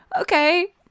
okay